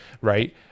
Right